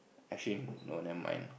actually no never mind